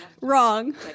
wrong